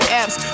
apps